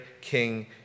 king